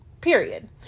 period